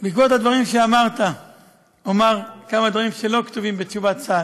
בעקבות הדברים שאמרת אומר כמה דברים שלא כתובים בתשובת צה"ל.